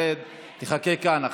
תחכה כאן.